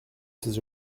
ses